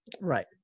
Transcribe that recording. Right